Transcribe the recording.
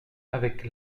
avec